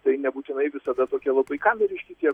tai nebūtinai visada tokie labai kameriški tie